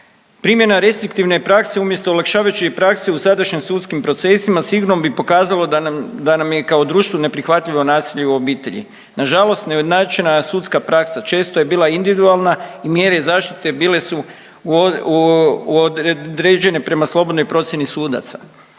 Primjena restriktivne prakse umjesto olakšavajućih praksi u sadašnjim sudskim procesima sigurno bi pokazalo da nam je kao društvu neprihvatljivo nasilje u obitelji. Na žalost neujednačena sudska praksa često je bila individualna i mjere zaštite bile su određene prema slobodnoj procjeni sudaca.